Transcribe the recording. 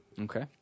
Okay